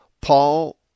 Paul